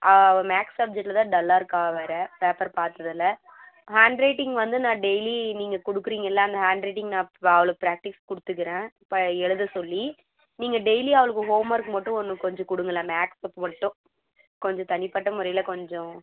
அவள் மேக்ஸ் சப்ஜெக்ட்டில் தான் டல்லாக இருக்கா வேறு பேப்பர் பார்த்ததுல ஹேண்ட் ரைட்டிங் வந்து நான் டெயிலி நீங்கள் கொடுக்குறீங்கள்ல அந்த ஹேண்ட் ரைட்டிங் நான் அவளுக்கு ப்ராக்டீஸ் கொடுத்துக்குறேன் எழுதச்சொல்லி நீங்கள் டெயிலி அவளுக்கு ஹோம் ஒர்க் மட்டும் ஒன்று கொஞ்சம் கொடுங்களேன் மேக்ஸ்க்கு மட்டும் கொஞ்சம் தனிப்பட்ட முறையில் கொஞ்சம்